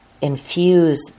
infuse